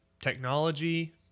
technology